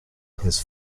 his